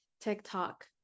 TikTok